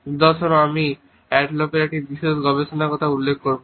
উদাহরণস্বরূপ আমি অ্যাডলফসের একটি বিশেষ গবেষণার উল্লেখ করব